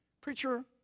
Preacher